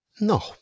No